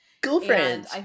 Girlfriend